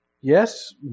yes